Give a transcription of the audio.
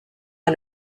est